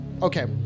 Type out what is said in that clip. Okay